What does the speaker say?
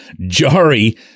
Jari